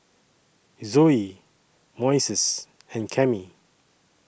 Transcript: Zoey Moises and Cammie